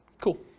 Cool